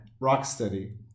Rocksteady